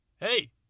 hey